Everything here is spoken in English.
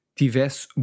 tivesse